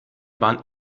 bahn